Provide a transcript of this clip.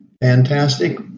Fantastic